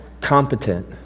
competent